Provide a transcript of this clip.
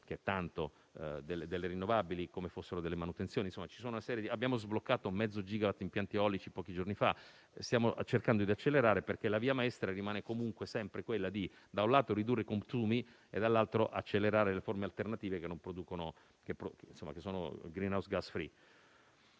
che è tanto, delle rinnovabili come fossero manutenzioni. Abbiamo sbloccato mezzo gigawatt di impianti eolici pochi giorni fa. Stiamo cercando di accelerare, perché la via maestra rimane comunque sempre quella di ridurre i consumi, da un lato, e di accelerare le forme alternative che sono *greenhouse* *gas* *free*,